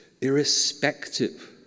irrespective